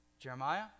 Jeremiah